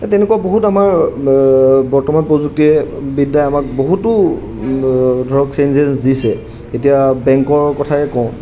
তেনেকুৱা বহুত আমাৰ বৰ্তমান প্ৰযুক্তিয়ে বিদ্যাই আমাক বহুতো ধৰক চেইঞ্জেছ দিছে এতিয়া বেংকৰ কথাই কওঁ